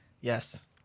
Yes